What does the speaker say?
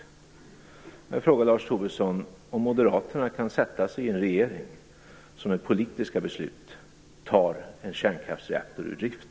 Får jag fråga Lars Tobisson om Moderaterna kan sätta sig i en regering som med politiska beslut tar en kärnkraftsreaktor ur drift.